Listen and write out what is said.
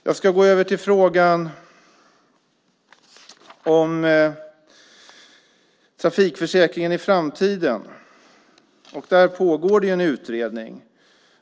Jag ska gå över till frågan om trafikförsäkringen i framtiden. Där pågår en utredning.